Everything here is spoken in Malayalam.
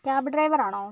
ക്യാബ് ഡ്രൈവറാണോ